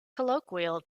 colloquial